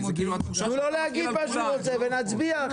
תנו לו להגיד את מה שהוא רוצה ונצביע.